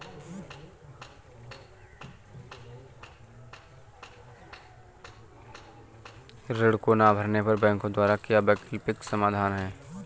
ऋण को ना भरने पर बैंकों द्वारा क्या वैकल्पिक समाधान हैं?